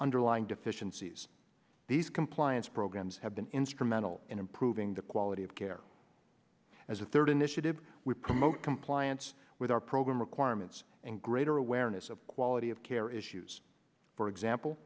underlying deficiencies these compliance programs have been instrumental in improving the quality of care as a third initiative we promote compliance with our program requirements and greater awareness of quality of care issues for example